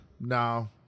No